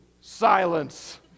silence